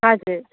हजुर